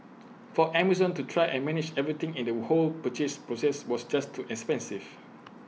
for Amazon to try and manage everything in the whole purchase process was just too expensive